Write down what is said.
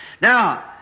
Now